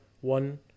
one